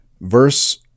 Verse